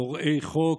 פורעי חוק,